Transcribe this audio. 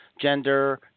gender